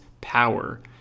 power